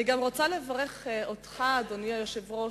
אני גם רוצה לברך אותך, אדוני היושב-ראש,